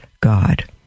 God